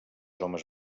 homes